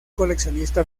coleccionista